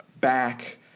back